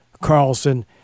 Carlson